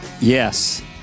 Yes